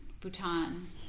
Bhutan